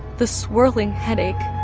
the swirling headache,